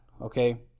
okay